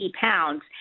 pounds